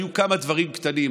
היו כמה דברים קטנים.